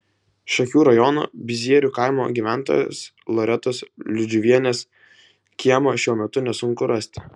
šakių rajono bizierių kaimo gyventojos loretos liudžiuvienės kiemą šiuo metu nesunku rasti